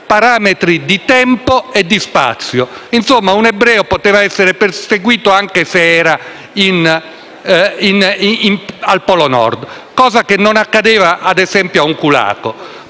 parametri di tempo e di spazio. Insomma, un ebreo poteva essere perseguito anche se era al Polo Nord, cosa che non accadeva ad esempio a un kulako.